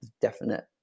definite